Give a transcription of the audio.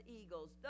eagles